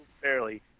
fairly